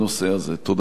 אני מאוד מודה לך, אדוני.